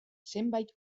zenbait